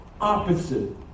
opposite